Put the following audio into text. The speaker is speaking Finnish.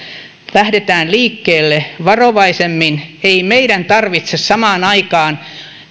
lähdetään liikkeelle varovaisemmin ei meidän tarvitse samaan aikaan